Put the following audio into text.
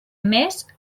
més